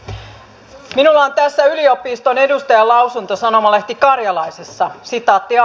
minulla on tässä yliopiston edustajan lausunto sanomalehti karjalaisesta